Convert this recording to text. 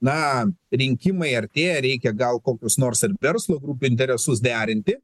na rinkimai artėja reikia gal kokius nors ar verslo grupių interesus derinti